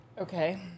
Okay